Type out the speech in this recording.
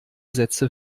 sätze